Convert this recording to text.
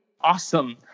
awesome